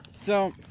So-